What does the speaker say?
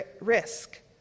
risk